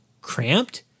cramped